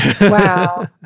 Wow